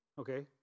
Okay